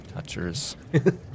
Touchers